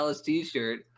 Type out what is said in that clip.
t-shirt